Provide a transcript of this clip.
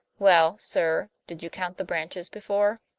well, sir, did you count the branches before?